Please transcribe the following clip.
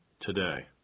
today